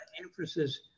emphasis